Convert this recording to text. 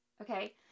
okay